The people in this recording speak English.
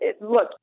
look